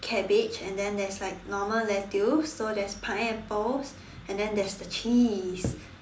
cabbage and then there's like normal lettuce so there's pineapples and then there's the cheese